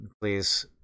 Please